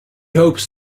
hopes